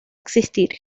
existir